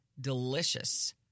delicious